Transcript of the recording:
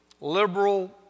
liberal